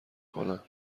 کنن